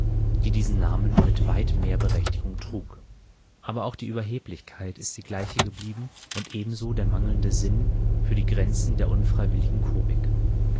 die diesen namen mit weit mehr berechtigung trugen aber auch die überheblichkeit ist die gleiche geblieben und ebenso der mangelnde sinn für die grenzen der unfreiwilligen komik